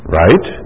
right